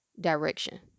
direction